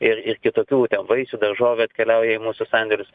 ir ir kitokių vaisių daržovių atkeliauja į mūsų sandėlius